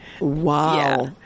wow